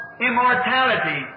immortality